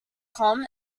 com